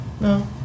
no